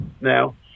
Now